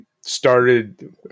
started